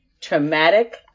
Traumatic